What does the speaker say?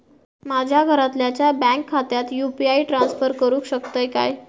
माझ्या घरातल्याच्या बँक खात्यात यू.पी.आय ट्रान्स्फर करुक शकतय काय?